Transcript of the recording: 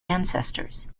ancestors